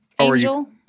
Angel